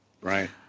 right